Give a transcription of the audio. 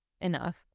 enough